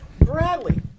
Bradley